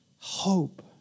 Hope